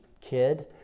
kid